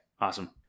awesome